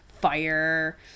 fire